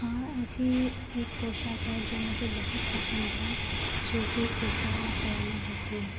हाँ ऐसी एक पोशाक है जो मुझे बहुत पसंद है जो कि कुर्ता और पैजामा होती है